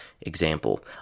Example